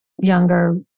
younger